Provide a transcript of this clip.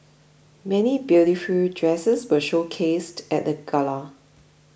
many beautiful dresses were showcased at the Gala